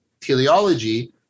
teleology